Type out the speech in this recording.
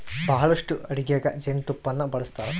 ಬಹಳಷ್ಟು ಅಡಿಗೆಗ ಜೇನುತುಪ್ಪನ್ನ ಬಳಸ್ತಾರ